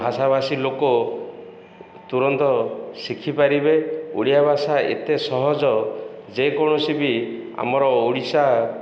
ଭାଷା ଭାଷୀ ଲୋକ ତୁରନ୍ତ ଶିଖିପାରିବେ ଓଡ଼ିଆ ଭାଷା ଏତେ ସହଜ ଯେ କୌଣସି ବି ଆମର ଓଡ଼ିଶା